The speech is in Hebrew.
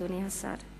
אדוני השר.